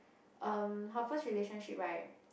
um her first relationship right